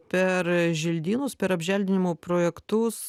per želdynus per apželdinimo projektus